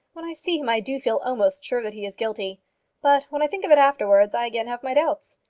when i see him i do feel almost sure that he is guilty but when i think of it afterwards, i again have my doubts.